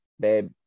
babe